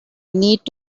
need